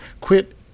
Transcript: quit